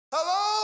Hello